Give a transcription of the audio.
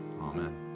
Amen